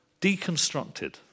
deconstructed